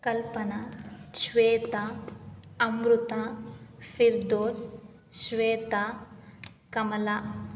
Kalpana Shweta Amrita Firdous Shweta Kamala